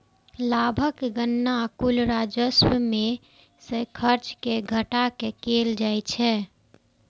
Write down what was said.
लाभक गणना कुल राजस्व मे सं खर्च कें घटा कें कैल जाइ छै